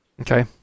Okay